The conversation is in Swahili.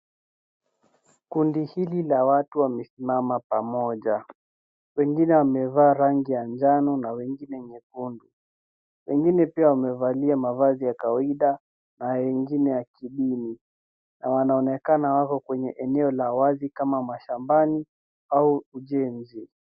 Kundi hili la watu wamesimama pamoja. Wengine wamevaa rangi ya njano na wengine nyekundu. Wengine pia wamevalia mavazi ya kawaida na wengine ya kidini na wanaonekana wako kwenye eneo la wazi kama mashambani au ujenzi.